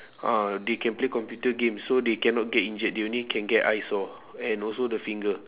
ah they can play computer games so they cannot get injured they only can get eye sore and also the finger